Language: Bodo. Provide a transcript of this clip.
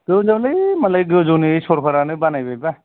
गोजौलै मालाय गोजौनि सरखारानो बानायबायबा